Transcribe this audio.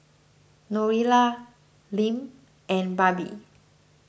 Noelia Lim and Barbie